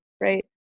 right